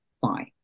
fine